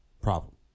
problem